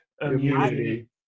immunity